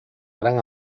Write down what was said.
gran